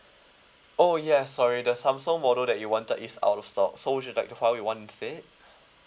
oh yeah sorry the samsung model that you wanted is out of stock so would you like the huawei one instead